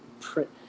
print